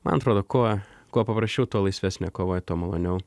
man atrodo kuo kuo paprasčiau tuo laisvesnė kova tuo maloniau